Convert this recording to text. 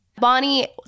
Bonnie